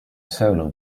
solo